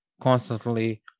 constantly